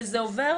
וזה עובר